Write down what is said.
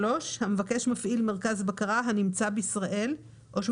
(3)המבקש מפעיל מרכז בקרה הנמצא בישראל או שהוא